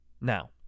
Now